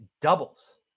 doubles